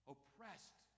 Oppressed